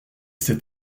cet